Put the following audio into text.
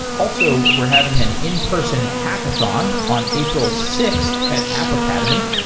also, we're having an in-person hackathon on april sixth at app academy.